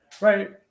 right